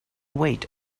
wait